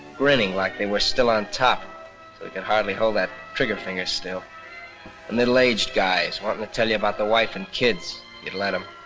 grinning like they were still on top so they could hardly hold that trigger finger still. the middle-aged guys wanting to tell you about the wife and kids, if you'd let em.